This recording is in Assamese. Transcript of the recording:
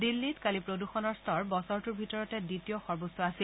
দিল্লীত কালি প্ৰদূষণৰ স্তৰ বছৰটোৰ ভিতৰতে দ্বিতীয় সৰ্বোচ্চ আছিল